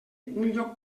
lloc